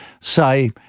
say